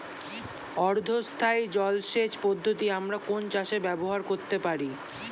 অর্ধ স্থায়ী জলসেচ পদ্ধতি আমরা কোন চাষে ব্যবহার করতে পারি?